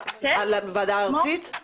לוועדה הארצית?